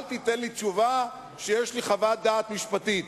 אל תיתן לי תשובה ש"יש לי חוות דעת משפטית".